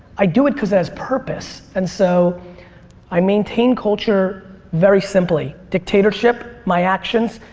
i do it cause it has purpose. and so i maintain culture very simply dictatorship, my actions,